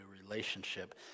relationship